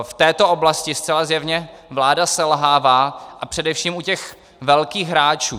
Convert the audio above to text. V této oblasti zcela zjevně vláda selhává, a především u velkých hráčů.